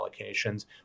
allocations